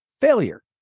failure